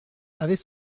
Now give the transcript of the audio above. avait